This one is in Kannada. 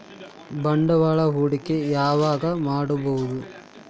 ಬಂಡವಾಳ ಹೂಡಕಿ ಯಾವಾಗ್ ಮಾಡ್ಬಹುದು?